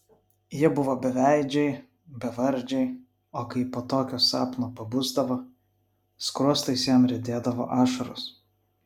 jie buvo beveidžiai bevardžiai o kai po tokio sapno pabusdavo skruostais jam riedėdavo ašaros